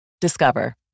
Discover